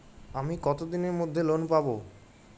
আমি কতদিনের মধ্যে লোন পাব?